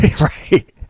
Right